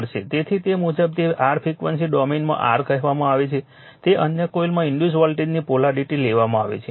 તેથી તે મુજબ તે r ફ્રિક્વન્સી ડોમેનમાં r કહેવામાં આવે છે તે અન્ય કોઇલમાં ઇન્ડ્યુસ વોલ્ટેજની પોલારિટી લેવામાં આવે છે